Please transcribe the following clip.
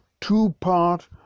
two-part